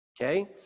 Okay